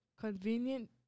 convenient